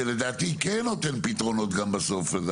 ולדעתי זה נותן פתרונות בסופו של דבר.